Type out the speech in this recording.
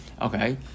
Okay